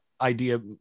Idea